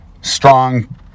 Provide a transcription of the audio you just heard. Strong